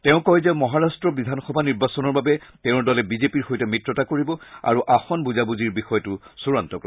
তেওঁ কয় যে মহাৰট্ট বিধানসভা নিৰ্বাচনৰ বাবে তেওঁৰ দলে বিজেপিৰ সৈতে মিত্ৰতা কৰিব আৰু আসন বুজাবুজিৰ বিষয়টো চূড়ান্ত কৰিব